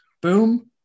Boom